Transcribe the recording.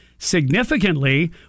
significantly